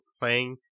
playing